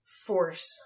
force